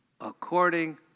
according